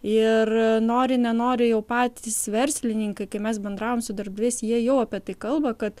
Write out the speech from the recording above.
ir nori nenori jau patys verslininkai kai mes bendravom su darbdaviais jie jau apie tai kalba kad